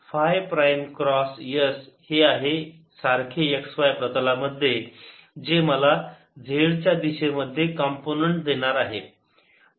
five prime cross s हे आहे सारखे x y प्रतलामध्ये जे मला z च्या दिशेमध्ये कॉम्पोनन्ट् देणार आहे